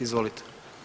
Izvolite.